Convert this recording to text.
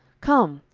come,